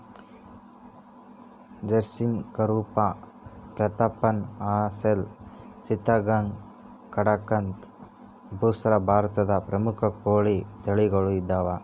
ಜರ್ಸಿಮ್ ಕಂರೂಪ ಪ್ರತಾಪ್ಧನ್ ಅಸೆಲ್ ಚಿತ್ತಗಾಂಗ್ ಕಡಕಂಥ್ ಬುಸ್ರಾ ಭಾರತದ ಪ್ರಮುಖ ಕೋಳಿ ತಳಿಗಳು ಇದಾವ